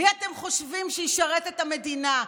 מי אתם חושבים שישרת את המדינה?